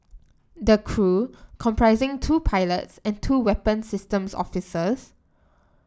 the crew comprising two pilots and two weapon systems officers